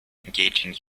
engaging